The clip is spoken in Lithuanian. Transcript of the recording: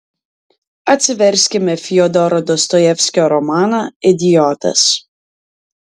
atsiverskime fiodoro dostojevskio romaną idiotas